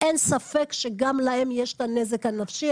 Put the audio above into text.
אין ספק שגם להם יש את הנזק הנפשי,